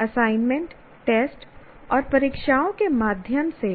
assignment test और परीक्षाओं के माध्यम से